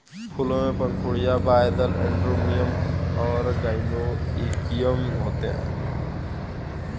फूलों में पंखुड़ियाँ, बाह्यदल, एंड्रोमियम और गाइनोइकियम होते हैं